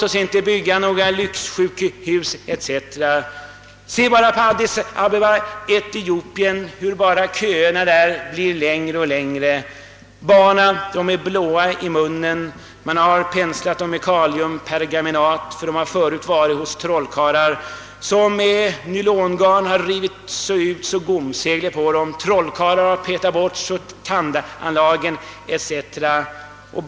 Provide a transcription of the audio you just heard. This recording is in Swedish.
Se bara på vårt sjukhus i Addis Abeba i Etiopien, där sjukhusköerna bara blir längre och längre! Barnen är blåa i munnen; man har penslat dem med kaliumpermanganat, ty de har förut varit hos trollkarlar som med nylongarn har rivit ut gomseglet på dem eller petat bort tandanlagen med rostiga spikar.